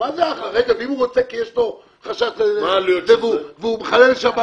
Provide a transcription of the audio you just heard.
ואם הוא רוצה והוא מחלל שבת